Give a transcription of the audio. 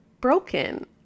broken